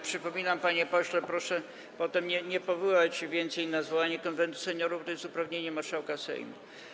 Przypominam, panie pośle, proszę potem nie powoływać się więcej na zwołanie Konwentu Seniorów, to jest uprawnienie marszałka Sejmu.